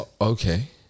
Okay